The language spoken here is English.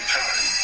time